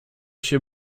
się